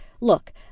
look